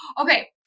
okay